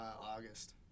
August